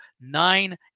nine